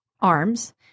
arms